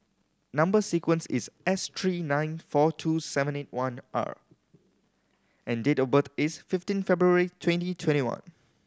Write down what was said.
number sequence is S three nine four two seven eight one R and date of birth is fifteen February twenty twenty one